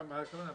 מה זה